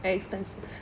very expensive